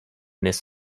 this